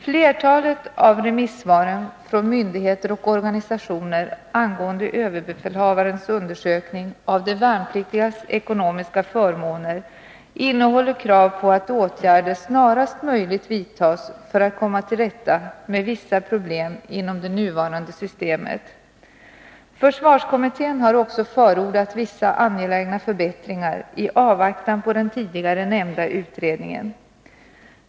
Flertalet av remissvaren från myndigheter och organisationer angående överbefälhavarens undersökning av de värnpliktigas ekonomiska förmåner innehåller krav på att åtgärder snarast möjligt vidtas för att komma till rätta med vissa problem inom det nuvarande förmånssystemet. Försvarskommittén har också förordat vissa angelägna förbättringar i avvaktan på den tidigare nämnda utredningen.